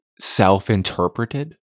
self-interpreted